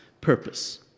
purpose